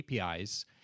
APIs